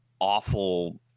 awful